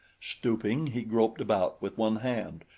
stooping, he groped about with one hand,